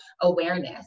awareness